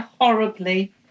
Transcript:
horribly